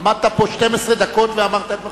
עמדת פה 12 דקות ואמרת את דברך.